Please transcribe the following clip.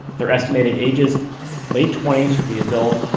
their estimated ages late twenty s for the adult,